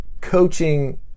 coaching